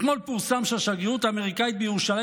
אתמול פורסם שהשגרירות האמריקאית בירושלים